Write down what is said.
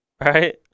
Right